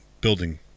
building